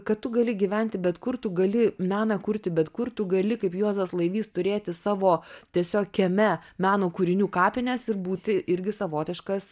kad tu gali gyventi bet kur tu gali meną kurti bet kur tu gali kaip juozas laivys turėti savo tiesiog kieme meno kūrinių kapines ir būti irgi savotiškas